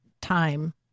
time